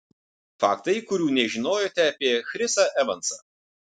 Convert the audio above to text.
faktai kurių nežinojote apie chrisą evansą